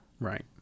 Right